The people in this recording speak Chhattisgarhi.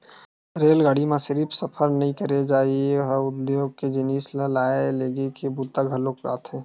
रेलगाड़ी म सिरिफ सफर नइ करे जाए ए ह उद्योग के जिनिस ल लाए लेगे के बूता घलोक आथे